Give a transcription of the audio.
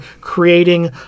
creating